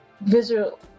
visual